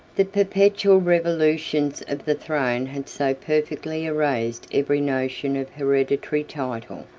the perpetual revolutions of the throne had so perfectly erased every notion of hereditary title,